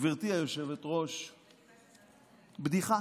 גברתי היושבת-ראש, בדיחה.